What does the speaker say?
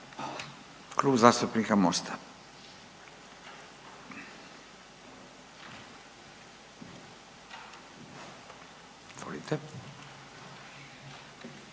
Klub zastupnika Mosta, a